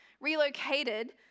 relocated